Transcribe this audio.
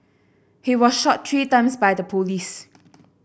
he was shot three times by the police